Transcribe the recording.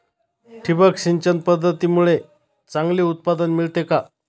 ठिबक सिंचन पद्धतीमुळे चांगले उत्पादन मिळते का?